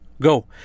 go